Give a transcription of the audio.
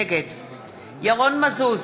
נגד ירון מזוז,